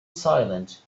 silent